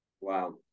Wow